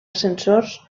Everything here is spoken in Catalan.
ascensors